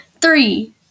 three